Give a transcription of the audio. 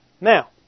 Now